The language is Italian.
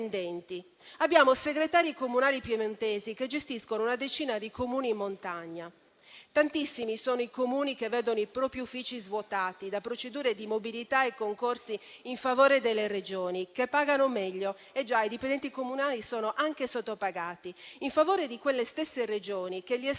abbiamo segretari comunali piemontesi che gestiscono una decina di Comuni in montagna. Tantissimi sono i Comuni che vedono i propri uffici svuotati da procedure di mobilità e concorsi in favore delle Regioni che pagano meglio (in effetti i dipendenti comunali sono anche sottopagati) e che li espongono a minori